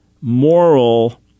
moral